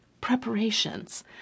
preparations